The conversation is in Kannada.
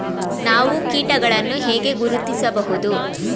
ನಾವು ಕೀಟಗಳನ್ನು ಹೇಗೆ ಗುರುತಿಸಬಹುದು?